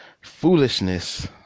foolishness